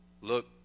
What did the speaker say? look